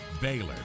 Baylor